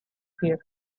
view